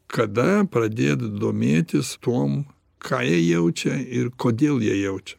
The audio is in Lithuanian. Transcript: kada pradėt domėtis tuom ką jie jaučia ir kodėl jie jaučia